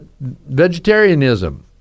vegetarianism